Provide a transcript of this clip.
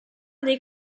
dei